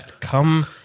Come